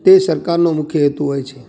તે સરકારનો મુખ્ય હેતુ હોય છે